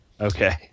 Okay